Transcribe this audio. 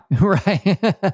right